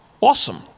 awesome